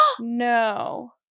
No